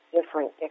different